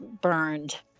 burned